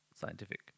scientific